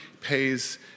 pays